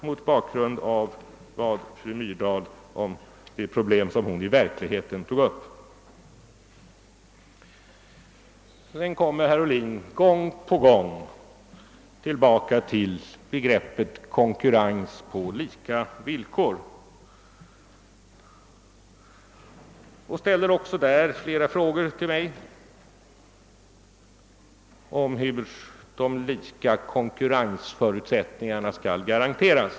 Sedan kommer herr Ohlin gång på gång tillbaka till begreppet konkurrens på lika villkor och ställer också på den punkten flera frågor till mig om hur de lika konkurrensförutsättningarna skall garanteras.